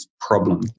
problem